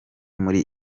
muri